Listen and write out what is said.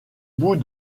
bout